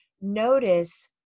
notice